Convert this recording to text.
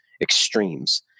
extremes